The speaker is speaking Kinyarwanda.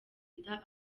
inda